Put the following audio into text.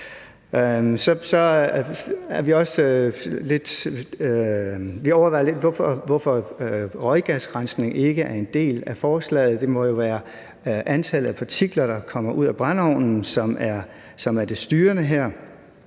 Vi overvejer lidt, hvorfor røggasrensning ikke er en del af forslaget. Det må jo være antallet af partikler, der kommer ud af brændeovnen, som er det styrende her.